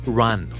run